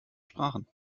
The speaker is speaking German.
sprachen